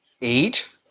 eight